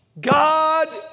God